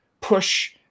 push